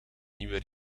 nieuwe